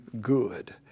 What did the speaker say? good